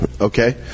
okay